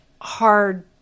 hard